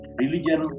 religion